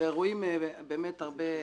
רואים הרבה הצלחות.